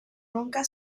nunca